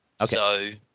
Okay